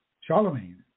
Charlemagne